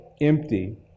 empty